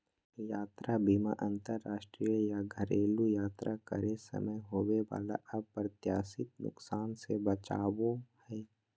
यात्रा बीमा अंतरराष्ट्रीय या घरेलू यात्रा करे समय होबय वला अप्रत्याशित नुकसान से बचाबो हय